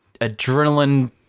adrenaline